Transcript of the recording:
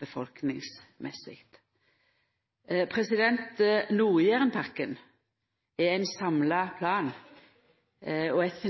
befolkningsmessig. Nord-Jærenpakka er ein samla plan og eit